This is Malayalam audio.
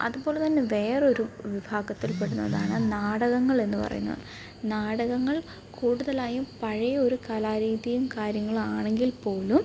അതുപോലെത്തന്നെ വേറൊരു വിഭാഗത്തിൽ പെടുന്നതാണ് നാടകങ്ങളെന്ന് പറയുന്നത് നാടകങ്ങൾ കൂടുതലായും പഴയ ഒരു കലാരീതിയും കാര്യങ്ങളും ആണെങ്കിൽപ്പോലും